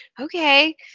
Okay